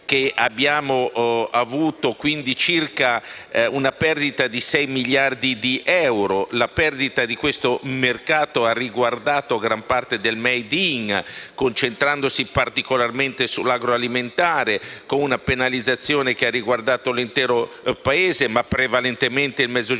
essere valutata in circa 6 miliardi di euro; la perdita di questo mercato ha riguardato gran parte del "*made in*" concentrandosi, particolarmente, sull'agro-alimentare, con una penalizzazione che ha riguardato l'intero Paese, ma prevalentemente il Mezzogiorno